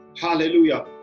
hallelujah